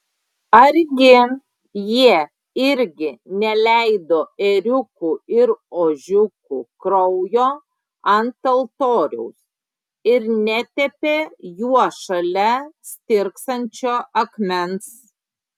argi jie irgi neleido ėriukų ir ožiukų kraujo ant altoriaus ir netepė juo šalia stirksančio akmens